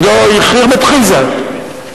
היא חרבת חזעה.